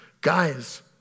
Guys